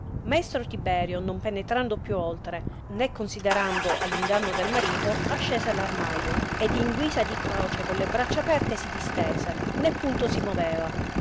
maestro tiberio non penetrando più oltre né considerando all inganno del marito ascese l armaio ed in guisa di croce con le braccia aperte si distese nò punto si moveva